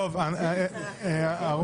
אתם תקבלו יותר.